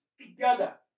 together